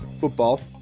football